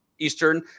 Eastern